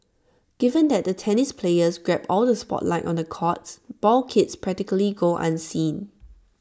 given that the tennis players grab all the spotlight on the courts ball kids practically go unseen